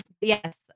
Yes